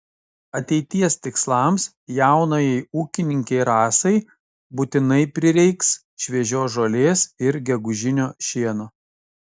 ateities tikslams jaunajai ūkininkei rasai būtinai prireiks šviežios žolės ir gegužinio šieno